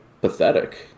pathetic